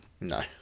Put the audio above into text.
No